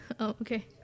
Okay